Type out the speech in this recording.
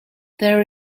there